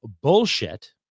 bullshit